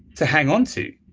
to hang on to.